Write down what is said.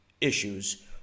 issues